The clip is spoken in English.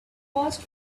paused